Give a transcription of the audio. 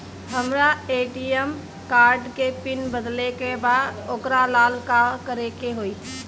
हमरा ATM card के PIN बदले के बा वोकरा ला का करे के होई?